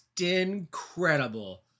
incredible